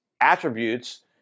attributes